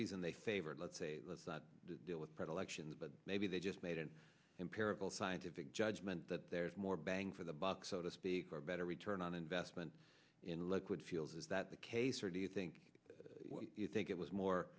reason they favored let's say let's not deal with predilection but maybe they just made an empirical scientific judgment that there's more bang for the buck so to speak are better return on investment in liquid fields is that the case or do you think it think it was more